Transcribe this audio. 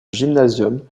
gymnasium